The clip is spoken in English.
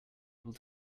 able